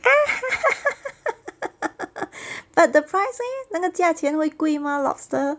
but the price leh 那个价钱会贵吗 lobster